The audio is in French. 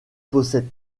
possède